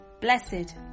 Blessed